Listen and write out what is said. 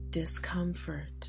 discomfort